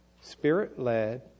spirit-led